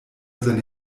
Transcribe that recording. seine